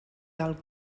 del